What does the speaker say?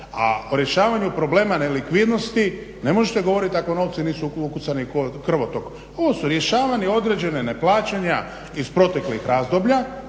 A o rješavanju problema nelikvidnosti ne možete govorit ako novci nisu ukucani u krvotok. Ovo su rješavanje određene neplaćanja iz proteklih razdoblja